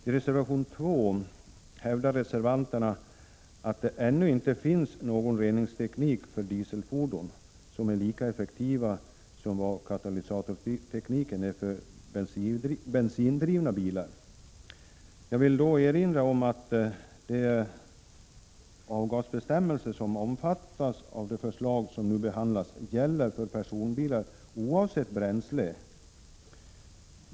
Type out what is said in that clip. I reservation 2 hävdar reservanterna att det ännu inte finns någon Jag vill erinra om att de avgasbestämmelser som omfattas av det förslag vi SG nu behandlar gäller för personbilar oavsett bränsle.